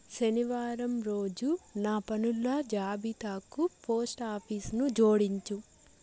శనివారం రోజు నా పనుల జాబితాకు పోస్టాఫీస్ను జోడించు